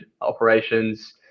operations